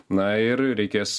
na ir reikės